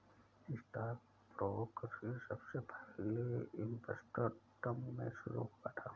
stock brokerage सबसे पहले Amsterdam में शुरू हुआ था